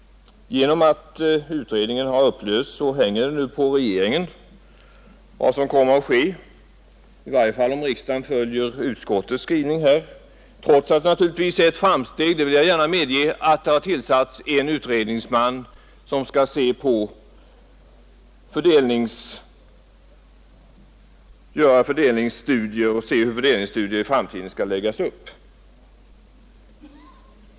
Eftersom utredningen upplösts beror vad som nu kommer att ske på regeringen, i varje fall om riksdagen följer utskottets skrivning. Trots detta vill jag gärna medge att det är ett framsteg att en utredningsman tillsatts för att göra fördelningsstudier och planera hur dessa i framtiden skall läggas upp.